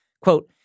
Quote